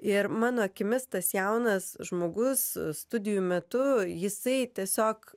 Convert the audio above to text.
ir mano akimis tas jaunas žmogus studijų metu jisai tiesiog